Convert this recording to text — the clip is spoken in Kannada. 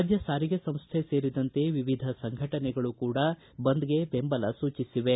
ರಾಜ್ಯ ಸಾರಿಗೆ ಸಂಸ್ಥೆ ಸೇರಿದಂತೆ ವಿವಿಧ ಸಂಘಟನೆಗಳು ಕೂಡ ಬಂದ್ಗೆ ಬೆಂಬಲ ಸೂಚಿಸಿವೆ